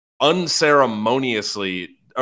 unceremoniously –